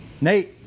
Nate